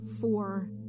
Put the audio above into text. four